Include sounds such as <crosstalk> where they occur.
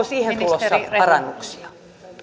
<unintelligible> siihen tulossa parannuksia